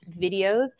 videos